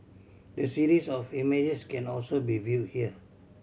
the series of images can also be viewed here